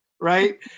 right